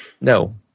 no